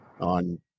on